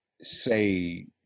say